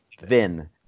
VIN